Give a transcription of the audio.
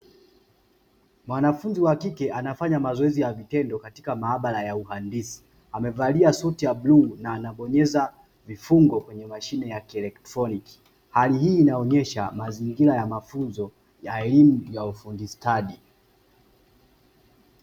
Mwanafunzi wa kike anafanya mazoezi ya vitendo katika maabara ya uhandisi, amevalia suti ya bluu na anabonyeza vifungo kwenye mashine ya kielektroniki. Hali hii inaonyesha mazingira ya mafunzo ya elimu ya ufundi stadi.